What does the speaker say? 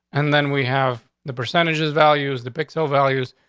and then we have the percentages values, the pixel values.